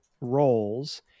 roles